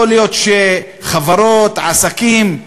יכול להיות שחברות ועסקים,